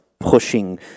pushing